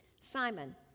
Simon